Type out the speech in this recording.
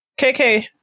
KK